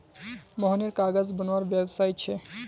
मोहनेर कागज बनवार व्यवसाय छे